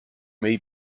may